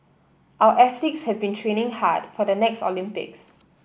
our athletes have been training hard for the next Olympics